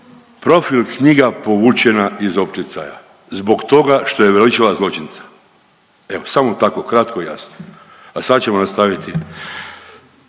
Profil knjiga povučena iz opticaja. Zbog toga što je veličala zločinca. Evo samo tako kratko i jasno, a sad ćemo nastaviti